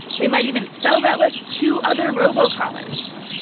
they might even sell that list to other robocallers.